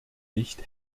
nicht